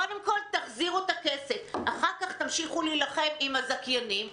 קודם כול תחזירו את הכסף ואחר כך תמשיכו להילחם עם הזכיינים.